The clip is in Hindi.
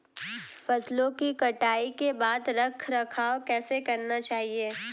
फसलों की कटाई के बाद रख रखाव कैसे करना चाहिये?